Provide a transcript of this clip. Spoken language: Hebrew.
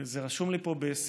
זה רשום לי פה בסיכול,